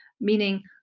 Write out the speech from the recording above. meaning